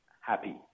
happy